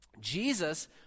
Jesus